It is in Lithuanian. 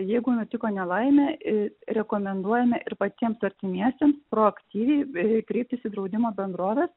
jeigu nutiko nelaimė į rekomenduojame ir patiems artimiesiems aktyviai kreiptis į draudimo bendroves